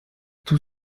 tout